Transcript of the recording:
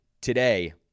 today